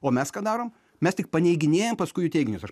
o mes ką darom mes tik paneiginėjam paskui jų teiginius aš